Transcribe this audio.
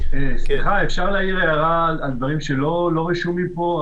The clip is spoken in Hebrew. אפשר להעיר הערה על דברים שלא רשומים פה?